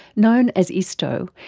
known as isto,